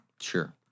Sure